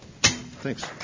Thanks